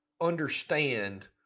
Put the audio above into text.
understand